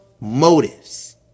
motives